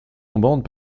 tombantes